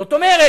זאת אומרת,